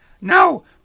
No